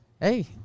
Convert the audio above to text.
Hey